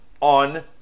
on